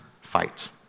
fight